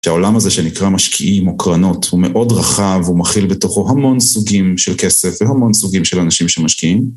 שהעולם הזה שנקרא משקיעים או קרנות הוא מאוד רחב, הוא מכיל בתוכו המון סוגים של כסף והמון סוגים של אנשים שמשקיעים.